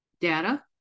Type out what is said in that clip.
data